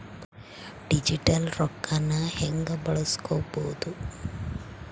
Digital ರೊಕ್ಕನ ಹ್ಯೆಂಗ ಬಳಸ್ಕೊಬೊದು?